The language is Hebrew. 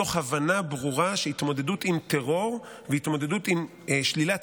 מתוך הבנה ברורה שההתמודדות עם טרור וההתמודדות עם שלילת